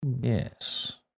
Yes